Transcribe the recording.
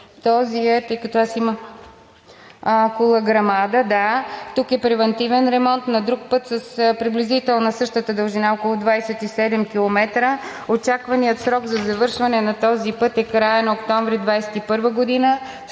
на другия път – Кула – Грамада, Тук е превантивен ремонт на друг път с приблизително същата дължина – около 27 км. Очакваният срок за завършване на този път е краят на октомври 2021 г.